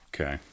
Okay